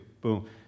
boom